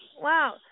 Wow